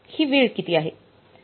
ही वेळ किती आहे